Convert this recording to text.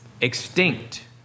Extinct